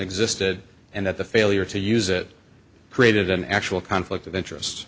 existed and that the failure to use it created an actual conflict of interest